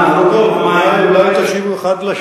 המים, זה מה שעשיתם, הוצאת את זה מידי הכנסת.